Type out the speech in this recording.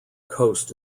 coast